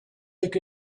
took